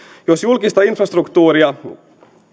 jos julkista infrastruktuuria